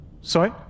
Sorry